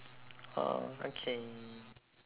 orh okay